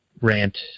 rant